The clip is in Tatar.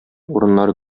урыннары